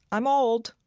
i'm old.